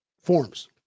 forms